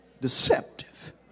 deceptive